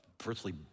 virtually